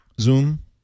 zoom